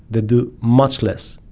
they do much less.